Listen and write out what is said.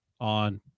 on